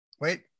wait